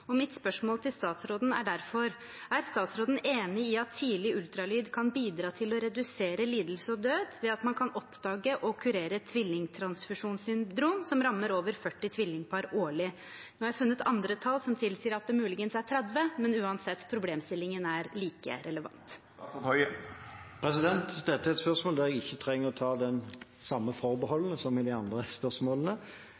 Mitt spørsmål til statsråden er derfor: «Er statsråden enig i at tidlig ultralyd kan bidra til å redusere lidelse og død ved at man kan oppdage og kurere tvillingtransfusjonssyndrom, som rammer over 40 tvillingpar årlig?» Nå har jeg funnet andre tall som tilsier at det muligens er 30, men problemstillingen er uansett like relevant. Dette er et spørsmål der jeg ikke trenger å ta de samme